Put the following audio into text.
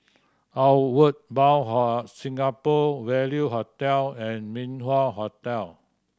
Outward Bound Singapore Value Hotel and Min Wah Hotel